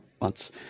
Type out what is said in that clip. months